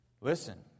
Listen